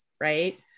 Right